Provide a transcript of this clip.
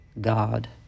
God